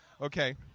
Okay